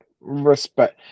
Respect